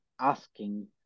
asking